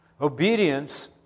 Obedience